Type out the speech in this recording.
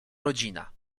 rodzina